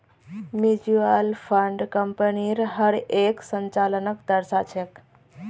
mutual fund कम्पनीर हर एक संचालनक दर्शा छेक